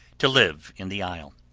to live in the isle.